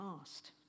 asked